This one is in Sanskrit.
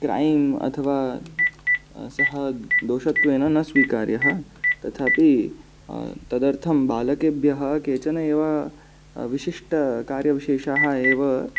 क्रैम् अथवा सः दोषत्वेन न स्वीकार्यः तथापि तदर्थं बालकेभ्यः केचन एव विशिष्टकार्यविशेषाः एव